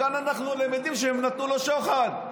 מכאן אנחנו למדים שהם נתנו לו שוחד.